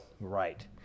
Right